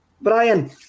Brian